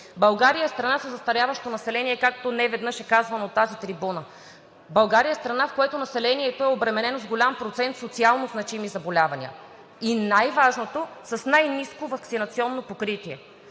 България е страна със застаряващо население, както неведнъж е казвано от тази трибуна. България е страна, в която населението е обременено с голям процент социалнозначими заболявания, и най-важното – с най-ниско ваксинационно покритие.